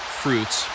fruits